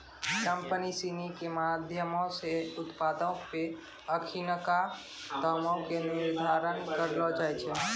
company सिनी के माधयमो से उत्पादो पे अखिनका दामो के निर्धारण करलो जाय छै